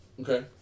Okay